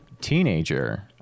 teenager